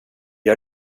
har